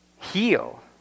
heal